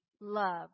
love